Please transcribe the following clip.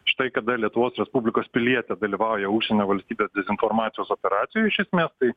štai kada lietuvos respublikos pilietė dalyvauja užsienio valstybės informacijos operacijoj iš esmės tai